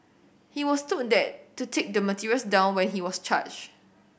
he was told that to take the materials down when he was charged